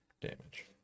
damage